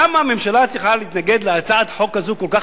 למה הממשלה צריכה להתנגד להצעת חוק כל כך